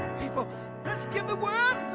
people let's give the world